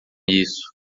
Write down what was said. isso